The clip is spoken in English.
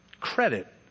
credit